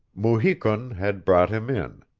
mu-hi-kun had brought him in.